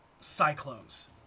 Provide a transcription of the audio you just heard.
cyclones